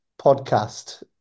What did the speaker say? podcast